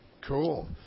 Cool